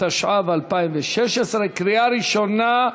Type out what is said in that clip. התשע"ו 2016, קריאה ראשונה,